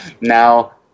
Now